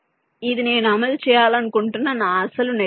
ఇది నేను అమలు చేయాలనుకుంటున్న నా అసలు నెట్లిస్ట్